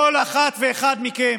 כל אחת ואחד מכם,